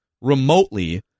remotely